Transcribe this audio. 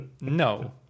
No